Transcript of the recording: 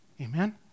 Amen